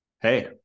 hey